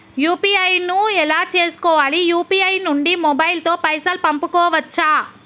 UPI ను ఎలా చేస్కోవాలి యూ.పీ.ఐ నుండి మొబైల్ తో పైసల్ పంపుకోవచ్చా?